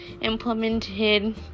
implemented